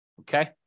Okay